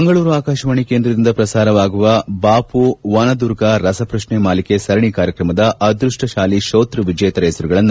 ಮಂಗಳೂರು ಆಕಾಶವಾಣಿ ಕೇಂದ್ರದಿಂದ ಪ್ರಸಾರವಾಗುವ ಬಾಪೂ ವನದುರ್ಗಾ ರಸ ಪ್ರತ್ನೆ ಮಾಲಿಕೆ ಸರಣಿ ಕಾರ್ಯಕ್ರಮದ ಅದ್ಯಸ್ವ ಶಾಲಿ ಶ್ರೋತೃ ವಿಜೇತರ ಹೆಸರುಗಳನ್ನು